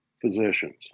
physicians